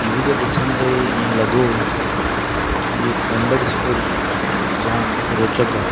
T V ते ॾिसंदे ईअं लॻो की इहे कॉम्बैट स्पोर्ट्स जाम रोचक आहे